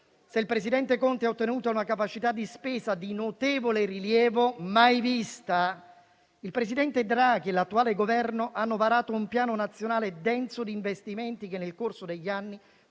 Se il presidente Conte ha ottenuto una capacità di spesa di notevole rilievo mai vista prima, il presidente Draghi e l'attuale Governo hanno varato un Piano nazionale denso di investimenti che, nel corso degli anni,